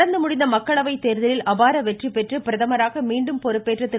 நடந்து முடிந்த மக்களவை தேர்தலில் அபார வெற்றி பெற்று பிரதமராக மீண்டும் பொறுப்பேற்ற திரு